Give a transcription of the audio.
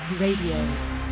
Radio